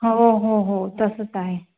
हो हो हो तसंच आहे